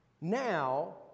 now